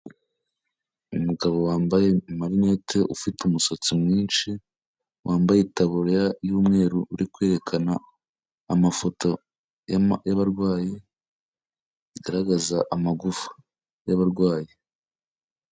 Umugabo wambaye amarinete ufite umusatsi mwinshi, wambaye itaburiya y'umweru uri kwerekana amafoto y'abarwayi, igaragaza amagufwa y'abarwayi.